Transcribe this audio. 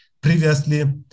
previously